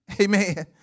Amen